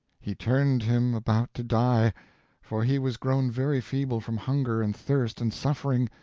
he turned him about to die for he was grown very feeble from hunger and thirst and suffering,